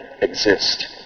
exist